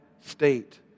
state